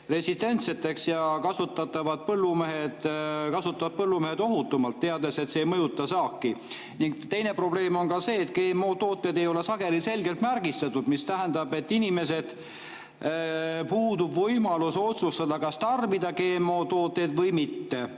resistentseks ja põllumehed kasutavad neid ohutumalt, teades, et see ei mõjuta saaki. Teine probleem on see, et GMO-tooted ei ole sageli selgelt märgistatud, mis tähendab, et inimesel puudub võimalus otsustada, kas tarbida GMO-tooteid või mitte.